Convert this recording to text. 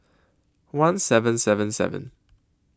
one seven seven seven